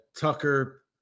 Tucker